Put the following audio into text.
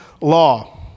law